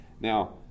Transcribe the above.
Now